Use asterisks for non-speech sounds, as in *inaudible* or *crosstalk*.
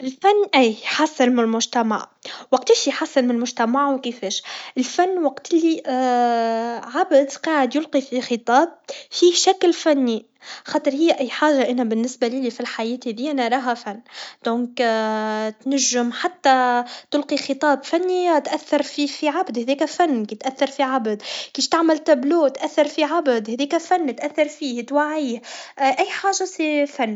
الفن أي يحسن من المجتمع وكتاش يحسن من المجتمع و كفاش الفن وقت لي *hesitation* عبد قاعد يلقي في خطاب فيه شكل فني خاطر هي أي حاجه بالنسبه ليا في الحياة هذيا نراها فن دونك *hesitation* تنجم حتى تلقي خطاب فني تاثر بيه في عبد هذاكا فن كي تاثر في عبد كيش تعمل طابلو تاثر في عبد هذيكا فن تاثر فيه توعيه اي حاجه سي فن